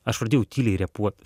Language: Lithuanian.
aš pradėjau tyliai repuot